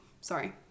Sorry